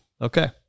okay